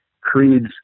creeds